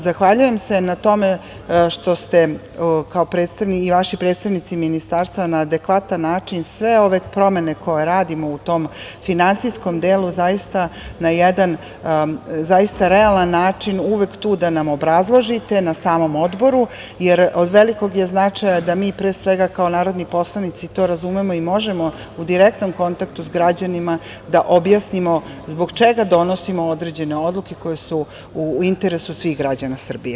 Zahvaljujem se na tome što ste kao predstavnici ministarstva na adekvatan način sve ove promene koje radimo u tom finansijskom delu, zaista na jedan realan način uvek tu da nam obrazložite na samom odboru, jer od velikog je značaja da mi, pre svega kao narodni poslanici to razumemo i možemo u direktnom kontaktu sa građanima da objasnimo zbog čega donosimo određene odluke koje su u interesu svih građana Srbije.